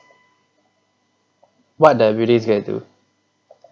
what the building's gonna do